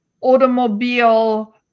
automobile